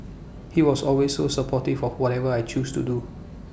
he was always so supportive for whatever I choose to do